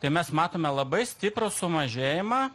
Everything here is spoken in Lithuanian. tai mes matome labai stiprų sumažėjimą